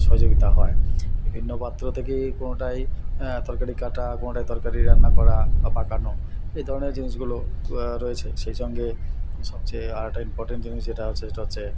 সহযোগিতা হয় বিভিন্ন পাত্র থেকে কোনোটায় হ্যাঁ তরকারি কাটা কোনোটায় তরকারি রান্না করা বা পাকানো এই ধরণের জিনিসগুলো রয়েছে সেই সঙ্গে সবচেয়ে আরেকটা ইম্পর্ট্যান্ট জিনিস যেটা আছে সেটা হচ্ছে